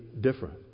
different